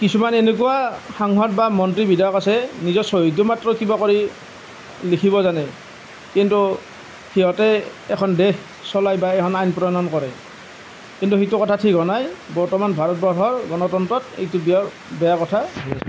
কিছুমান এনেকুৱা সাংসদ বা মন্ত্ৰী বিধায়ক আছে নিজৰ চহীটো মাত্ৰ কিবা কৰি লিখিব জানে কিন্তু সিহঁতে এখন দেশ চলায় বা এখন আইন প্ৰণয়ন কৰে কিন্তু সেইটো কথা ঠিক হোৱা নাই বৰ্তমান ভাৰতবৰ্ষৰ গণতন্ত্ৰত এইটো বেয়া বেয়া কথা